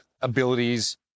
abilities